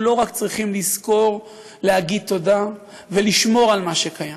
אנחנו לא רק צריכים לזכור להגיד תודה ולשמור על מה שקיים,